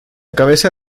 cabeza